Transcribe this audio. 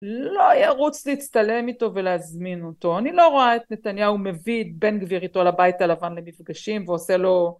לא ירוץ להצטלם איתו ולהזמין אותו, אני לא רואה את נתניהו מביא בן גביר איתו לבית הלבן למפגשים ועושה לו